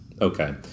Okay